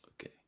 Okay